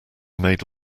made